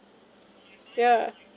yeah